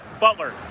Butler